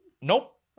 Nope